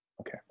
Okay